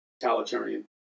totalitarian